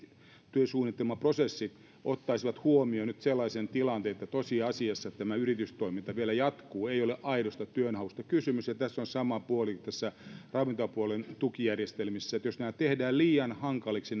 työsuunnitelmaprosessit ottaisivat huomioon nyt sellaisen tilanteen että tosiasiassa tämä yritystoiminta vielä jatkuu ei ole aidosta työnhausta kysymys ja sama puoli on näissä ravintopuolen tukijärjestelmissä jos nämä hakuprosessit tehdään liian hankaliksi